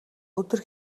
өдөр